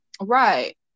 Right